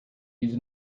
use